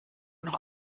noch